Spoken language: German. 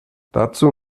dazu